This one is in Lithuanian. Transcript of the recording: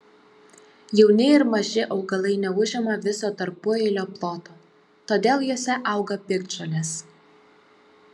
jauni ir maži augalai neužima viso tarpueilio ploto todėl juose auga piktžolės